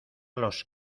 los